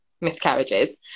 miscarriages